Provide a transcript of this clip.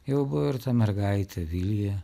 jau buvo ir ta mergaitė vilija